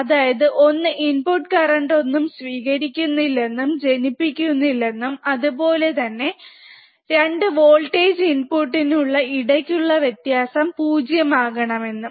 അതായത് ഒന്ന് input current ഒന്നും സ്വീകരിക്കുന്നില്ലെന്നും ജനിപ്പിക്കുന്നഇല്ലെന്നും അതുപോലെ രണ്ട് വോൾടേജ് ഇൻപുട് നു ഇടക് ഉള്ള വ്യത്യാസം 0 ആകണം എന്നും